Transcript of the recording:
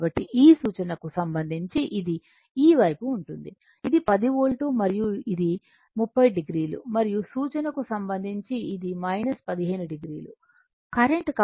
కాబట్టి ఈ సూచనకు సంబంధించి ఇది ఈ వైపు ఉంటుంది ఇది 10 వోల్ట్ మరియు ఇది 30 o మరియు సూచనకు సంబంధించి ఇది 15o కరెంట్